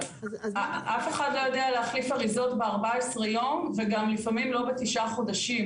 אף אחד הרי לא יודע להחליף אריזות ב-14 יום וגם לפעמים לא בתשעה חודשים,